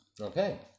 Okay